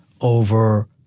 over